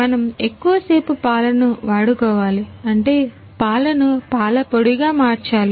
మనం ఎక్కువసేపు పాలను వాడుకోవాలి అంటే పాలను పాల పొడి గ మార్చాలి